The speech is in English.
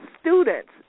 students